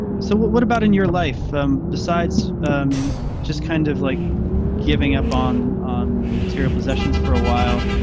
so what what about in your life um besides just kind of like giving up on on material possessions for a while?